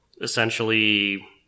essentially